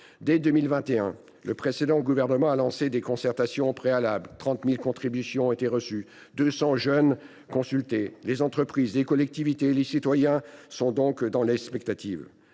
Dès 2021, le précédent gouvernement avait lancé des concertations préalables : 30 000 contributions ont été reçues et 200 jeunes consultés. Les entreprises, les collectivités et les citoyens sont donc dans l’expectative.